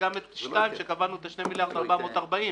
וגם את (2) שקבענו 2 מיליארד ו-440 אלף,